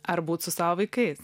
ar būt su savo vaikais